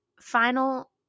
final